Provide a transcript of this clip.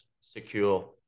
secure